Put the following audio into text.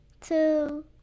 two